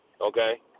okay